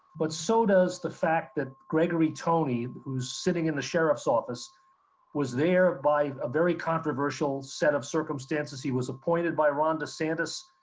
but so does the fact that gregory tony who's sitting in the sheriff's office was there by a very controversial set of circumstances. he was appointed by ron desantis.